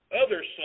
others